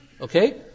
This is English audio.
Okay